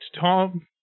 Tom-